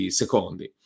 secondi